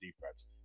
defense